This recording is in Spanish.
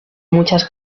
muchas